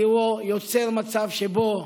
כי הוא יוצר מצב שבו